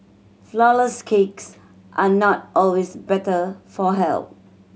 flourless cakes are not always better for health